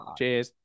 cheers